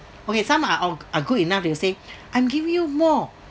okay some are a~ good enough they'll say I'm giving you more